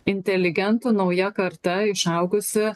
inteligentų nauja karta išaugusi